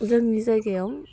जोंनि जायगायाव